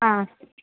हा अस्तु